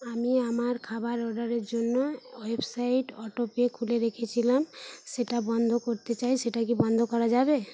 আমি আমার খাবার অর্ডারের জন্য ওয়েবসাইট অটোপে করে রেখেছিলাম সেটা বন্ধ করতে চাই সেটা কি বন্ধ করা যাবে